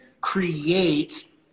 create